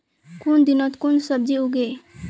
कुन दिनोत कुन सब्जी उगेई?